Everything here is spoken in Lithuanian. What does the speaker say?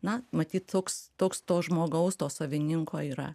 na matyt toks toks to žmogaus to savininko yra